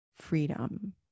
freedom